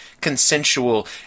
consensual